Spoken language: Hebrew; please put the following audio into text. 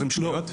לא.